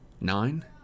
Nine